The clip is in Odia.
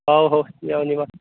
ହଉ ହଉ ଯିବା ଯିବା